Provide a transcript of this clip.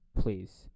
Please